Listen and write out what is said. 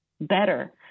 better